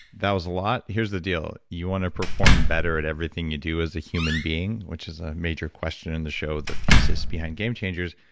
that was a lot, here's the deal. you want to perform better at everything you do as a human being, which is a major question in the show, the thesis behind game changers.